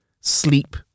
sleep